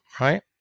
Right